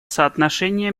соотношение